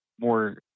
more